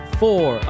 four